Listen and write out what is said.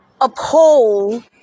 uphold